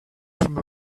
from